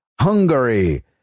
Hungary